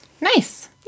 Nice